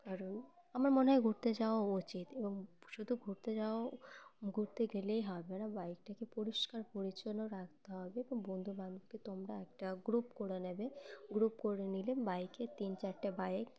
কারণ আমার মনে হয় ঘুরতে যাওয়া উচিত এবং শুধু ঘুরতে যাওয়া ঘুরতে গেলেই হবে না বাইকটাকে পরিষ্কার পরিচ্ছন্ন রাখতে হবে এবং বন্ধুবান্ধবকে তোমরা একটা গ্রুপ করে নেবে গ্রুপ করে নিলে বাইকের তিন চারটে বাইক